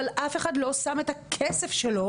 אבל אף אחד לא שם את הכסף שלו,